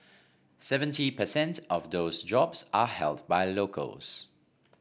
seventy per cent of those jobs are held by locals